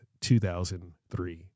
2003